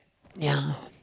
ya